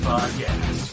Podcast